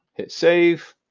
hit save,